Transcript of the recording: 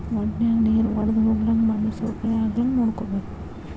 ವಡನ್ಯಾಗ ನೇರ ವಡ್ದಹೊಗ್ಲಂಗ ಮಣ್ಣು ಸವಕಳಿ ಆಗ್ಲಂಗ ನೋಡ್ಕೋಬೇಕ